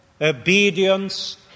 obedience